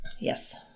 Yes